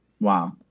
Wow